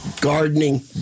gardening